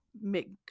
make